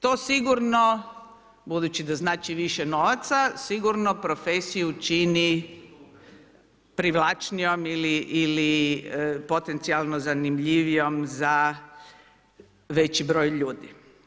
To sigurno, budući da znači više novaca sigurno profesiju čini privlačnijom ili potencijalno zanimljivijom za veći broj ljudi.